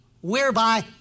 Whereby